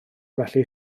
felly